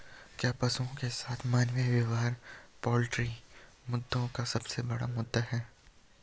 क्या पशुओं के साथ मानवीय व्यवहार पोल्ट्री मुद्दों का सबसे बड़ा मुद्दा है?